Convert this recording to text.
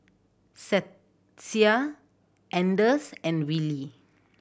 Stacia Anders and Willie